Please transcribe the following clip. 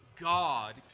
God